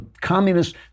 communists